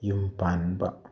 ꯌꯨꯝ ꯄꯥꯟꯕ